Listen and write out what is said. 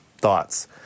thoughts